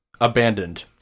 abandoned